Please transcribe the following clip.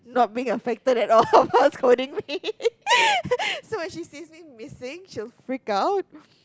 not being affected at all of her scolding me so when she sees me missing she'll freak out